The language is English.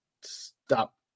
stop